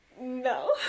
No